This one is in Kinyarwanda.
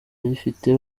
ayifite